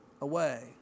away